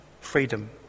freedom